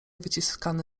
wyciskany